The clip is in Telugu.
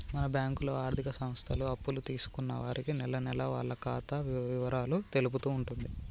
మన బ్యాంకులో ఆర్థిక సంస్థలు అప్పులు తీసుకున్న వారికి నెలనెలా వాళ్ల ఖాతా ఇవరాలు తెలుపుతూ ఉంటుంది